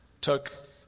took